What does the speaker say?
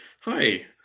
Hi